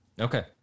Okay